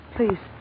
Please